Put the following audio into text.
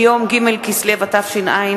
מיום ג' בכסלו התשע"א,